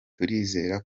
turizera